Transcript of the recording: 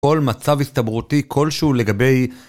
כל מצב הסתברותי, כלשהו לגבי